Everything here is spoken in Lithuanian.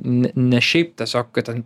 ne šiaip tiesiog ten